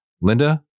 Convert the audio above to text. Linda